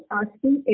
asking